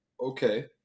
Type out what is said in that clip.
Okay